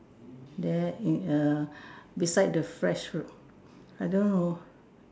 there err beside the fresh fruit I don't know